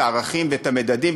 ערכים ומדדים,